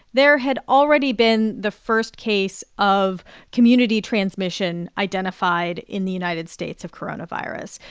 there had already been the first case of community transmission identified in the united states of coronavirus.